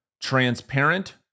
transparent